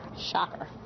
Shocker